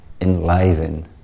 enliven